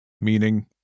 Meaning